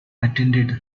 attended